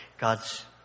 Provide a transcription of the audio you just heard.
God's